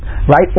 right